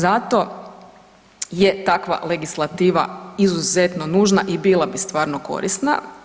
Zato je takva legislativa izuzetno nužna i bila bi stvarno korisna.